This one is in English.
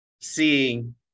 seeing